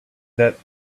that